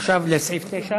עכשיו לסעיף 9?